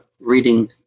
reading